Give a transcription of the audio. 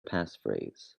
passphrase